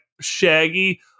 Shaggy